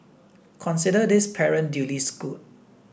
consider this parent duly schooled